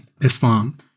Islam